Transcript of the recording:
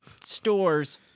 store's